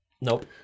Nope